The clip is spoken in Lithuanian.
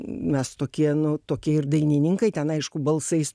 mes tokie nu tokie ir dainininkai ten aišku balsais